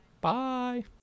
bye